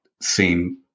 seem